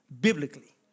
biblically